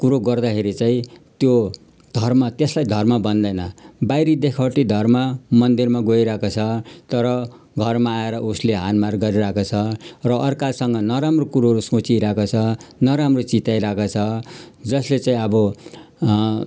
कुरो गर्दाखेरि चाहिँ त्यो धर्म त्यसलाई धर्म भन्दैन बाहिर देखावटी धर्म मन्दिरमा गइरहेको छ तर घरमा आएर उसले हानमार गरिरहेको छ र अर्कासँग नराम्रो कुरोहरू सोचिरहेको छ नराम्रो चिताइरहेको छ जसले चाहिँ अब